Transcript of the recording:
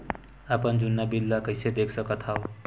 अपन जुन्ना बिल ला कइसे देख सकत हाव?